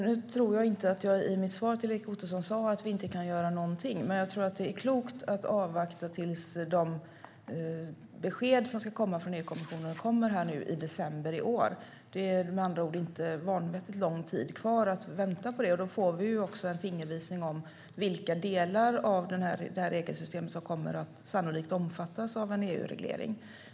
Herr talman! Jag tror inte att jag i mitt svar till Erik Ottoson sa att vi inte kan göra någonting. Men jag tror att det är klokt att avvakta tills de besked som ska komma från EU-kommissionen kommer i december i år. Det är med andra ord inte så vanvettigt lång tid kvar att vänta. Då får vi också en fingervisning om vilka delar av regelsystemet som sannolikt kommer av omfattas av en EU-reglering.